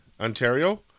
Ontario